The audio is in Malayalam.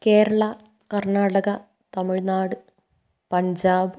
കേരള കർണാടക തമിഴ്നാട് പഞ്ചാബ്